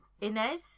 Inez